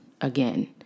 again